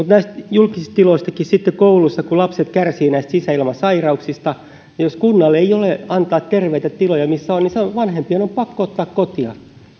julkisista tiloistakin kun koulussa lapset kärsivät sisäilmasairauksista niin jos kunnalla ei ole antaa terveitä tiloja niin vanhempien on pakko ottaa kotiin